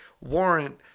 warrant